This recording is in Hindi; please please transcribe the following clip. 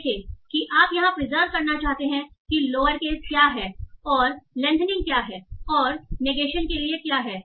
देखें कि आप यहां प्रिजर्व करना चाहते हैं कि लोअर केस क्या हैं और लेंथनिंग क्या हैं और नेगेशन के लिए क्या है